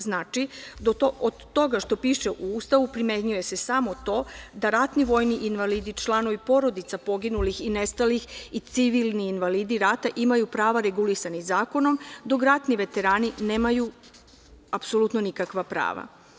Znači, od toga što piše u Ustavu primenjuje se samo to da ratni vojni invalidi, članovi porodica poginulih i nestalih i civilni invalidi rata imaju prava regulisanih zakonom, dok ratni veterani nemaju apsolutno nikakva prava.